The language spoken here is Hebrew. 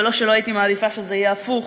ולא שלא הייתי מעדיפה שזה יהיה הפוך,